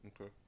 Okay